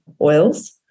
oils